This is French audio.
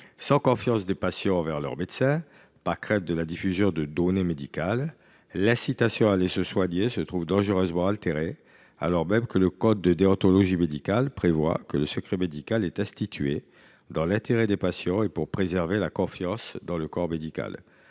Sans confiance des patients envers leur médecin, par crainte de la diffusion de données médicales, l’incitation à aller se soigner se trouve dangereusement altérée, alors même que le code de déontologie médicale prévoit que le secret médical est institué dans l’intérêt des patients et pour préserver la confiance dans le corps médical.